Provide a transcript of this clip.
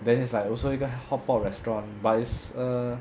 then it's like also 一个 hotpot restaurant but it's err